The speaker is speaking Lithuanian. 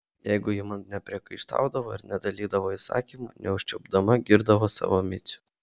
jeigu ji man nepriekaištaudavo ir nedalydavo įsakymų neužsičiaupdama girdavo savo micių